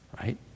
right